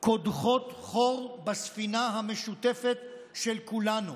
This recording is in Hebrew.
קודחות חור בספינה המשותפת של כולנו.